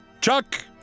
Chuck